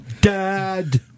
Dad